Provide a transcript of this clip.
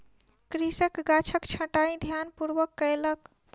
कृषक गाछक छंटाई ध्यानपूर्वक कयलक